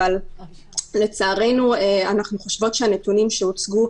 אבל לצערנו אנחנו חושבות שהנתונים שהוצגו